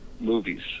Movies